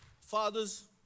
fathers